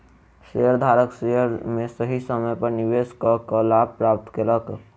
शेयरधारक शेयर में सही समय पर निवेश कअ के लाभ प्राप्त केलक